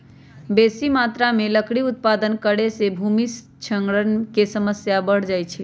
बेशी मत्रा में लकड़ी उत्पादन करे से भूमि क्षरण के समस्या बढ़ जाइ छइ